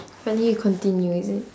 but then you continue is it